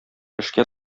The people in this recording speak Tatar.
эшкә